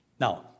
Now